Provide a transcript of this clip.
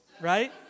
Right